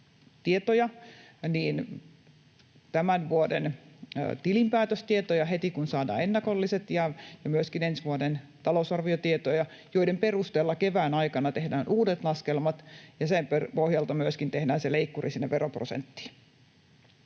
tämän vuoden tilinpäätöstietoja heti, kun saadaan ennakolliset, ja myöskin ensi vuoden talousarviotietoja, joiden perusteella kevään aikana tehdään uudet laskelmat, ja sen pohjalta myöskin tehdään se leikkuri sinne veroprosenttiin.